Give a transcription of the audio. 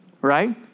Right